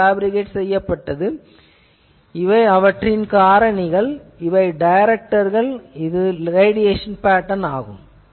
இவை அவற்றின் காரணிகள் இவை டைரக்டர்கள் இதுவே ரேடியேசன் பேட்டர்ன் ஆகும்